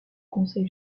conseil